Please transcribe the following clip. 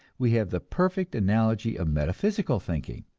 we have the perfect analogy of metaphysical thinking.